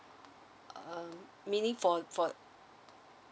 um meaning for for